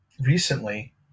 recently